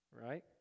Right